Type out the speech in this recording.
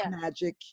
magic